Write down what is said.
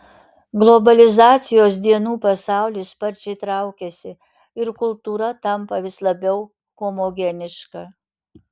globalizacijos dienų pasaulis sparčiai traukiasi ir kultūra tampa vis labiau homogeniška